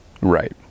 right